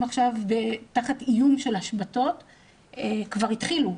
עכשיו תחת איום של השבתות שכבר התחילו,